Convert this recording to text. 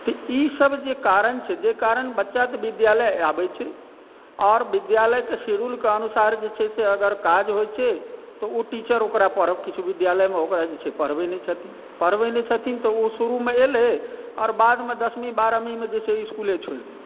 तऽ ईसब जे कारण छै जाहि कारण बच्चा तऽ विद्यालय आबै छै आओर विद्यालयके शेड्यूलके हिसाबसे अगर जे छै से काज होइ छै तऽ ओ टीचर ओकरा किछु विद्यालयमे ओकरा जे छै पढ़बै नहि छथिन पढ़बै नहि छथिन तऽ ओ शुरूमे अएलै बादमे दशमी बारहमीमे जे छै से इसकुल छोड़ि दै छै